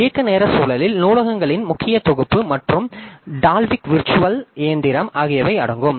இயக்க நேர சூழலில் நூலகங்களின் முக்கிய தொகுப்பு மற்றும் டால்விக் விர்ச்சுவல் இயந்திரம் ஆகியவை அடங்கும்